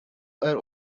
were